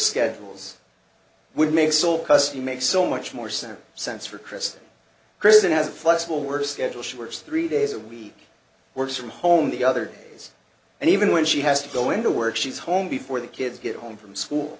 schedules would make sole custody makes so much more sense sense for chris chris and has a flexible work schedule she works three days a week works from home the other kids and even when she has to go into work she's home before the kids get home from school